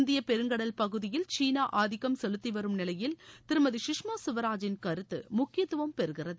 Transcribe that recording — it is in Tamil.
இந்திய பெருங்கடல் பகுதியில் சீனா ஆதிக்கம் செலுத்தி வரும் நிலையில் திருமதி கஷ்மா சுவராஜின் கருத்து முக்கியத்துவம் பெறுகிறது